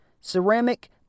Ceramic